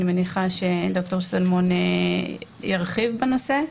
אני מניחה שד"ר שלמון ירחיב בנושא.